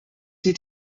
die